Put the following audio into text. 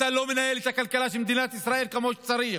אתה לא מנהל את הכלכלה של מדינת ישראל כמו שצריך